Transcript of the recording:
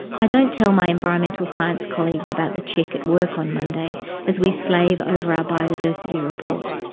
i don't tell my environmental science colleagues about the chick at work on monday as we slave over our biodiversity report.